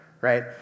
right